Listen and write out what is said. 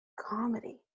comedy